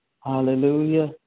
Hallelujah